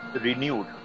renewed